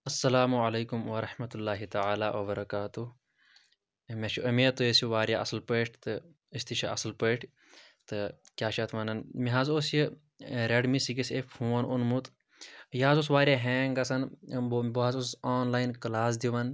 اَسَلامُ علیکُم وَرحمتُہ اللہِ تعالٰی وَبَرکاتُہ مےٚ چھُ اُمید تُہۍ ٲسِو واریاہ اَصٕل پٲٹھۍ تہٕ أسۍ تہِ چھِ اَصٕل پٲٹھۍ تہٕ کیٛاہ چھِ اَتھ وَنان مےٚ حظ اوس یہِ Redmi six A phone اوٚنمُت یہِ حظ اوس واریاہ ہینٛگ گژھان بہٕ بہٕ حظ اوسُس آن لاین کٕلاس دِوان